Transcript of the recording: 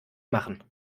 machen